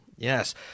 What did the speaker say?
Yes